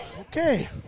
Okay